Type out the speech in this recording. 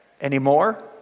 anymore